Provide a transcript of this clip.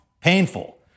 painful